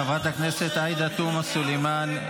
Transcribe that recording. חברת הכנסת עאידה תומא סלימאן,